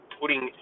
putting